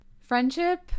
Friendship